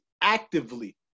actively